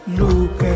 look